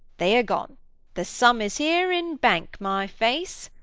they are gone the sum is here in bank, my face.